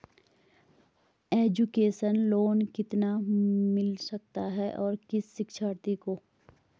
Education loan कितना मिल सकता है और किस शिक्षार्थी को?